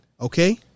Okay